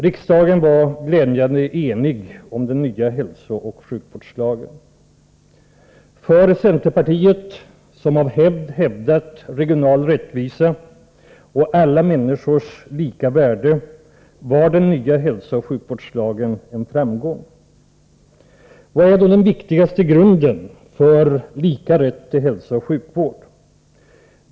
Riksdagen var glädjande enig om den nya hälsooch sjukvårdslagen. För centerpartiet, som av hävd värnat om regional rättvisa och alla människors lika värde, var den nya hälsooch sjukvårdslagen en framgång. Vad är det då som utgör grunden för lika rätt till hälsooch sjukvård?